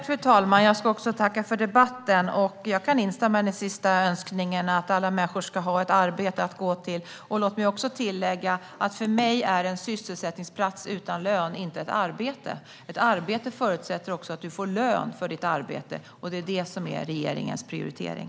Fru talman! Jag vill också tacka för debatten. Jag kan instämma i den sista önskningen, att alla människor ska ha ett arbete att gå till. Låt mig tillägga att för mig är en sysselsättningsplats utan lön inte ett arbete. Ett arbete förutsätter att man får lön för sitt arbete. Det är detta som är regeringens prioritering.